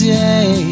day